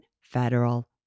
federal